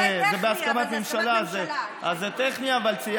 בסדר, זה טכני, אבל זה בהסכמת ממשלה.